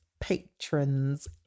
patrons